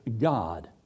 God